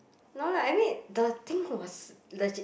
no lah I mean the thing was legit